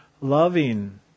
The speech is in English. loving